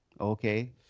Okay